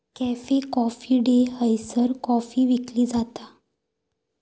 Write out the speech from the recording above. cafe Coffee Day हयसर coffee विकली जाता